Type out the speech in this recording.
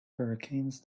hurricanes